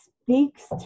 speaks